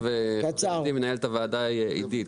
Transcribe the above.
תודה כבוד היו"ר, חברתי מנהלת הוועדה עידית.